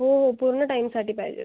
हो हो पूर्ण टाईमसाठी पाहिजेत